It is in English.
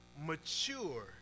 Mature